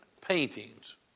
paintings